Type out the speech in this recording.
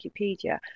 Wikipedia